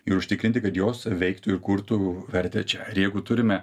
ir užtikrinti kad jos veiktų ir kurtų vertę čia ir jeigu turime